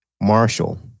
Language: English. Marshall